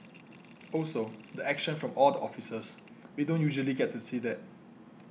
also the action from all the officers we don't usually get to see that